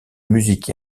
musique